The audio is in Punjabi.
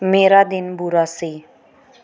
ਮੇਰਾ ਦਿਨ ਬੁਰਾ ਸੀ